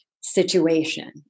situation